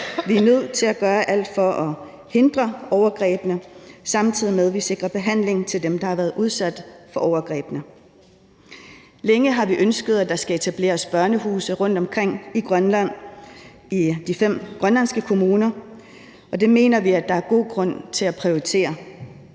Vi er nødt til at gøre alt for at hindre overgrebene, samtidig med at vi sikrer behandling til dem, der har været udsat for overgrebene. Længe har vi ønsket, at der skal etableres børnehuse rundtomkring i Grønland i de fem grønlandske kommuner, og det mener vi der er god grund til at prioritere.